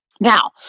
Now